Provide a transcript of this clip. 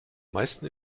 meisten